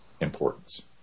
importance